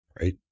Right